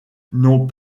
n’ont